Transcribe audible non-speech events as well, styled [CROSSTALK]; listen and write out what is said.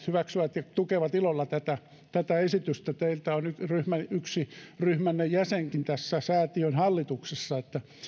[UNINTELLIGIBLE] hyväksyvät ja tukevat ilolla tätä tätä esitystä teiltä on nyt yksi ryhmänne jäsenkin tässä säätiön hallituksessa että